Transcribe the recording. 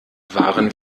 waren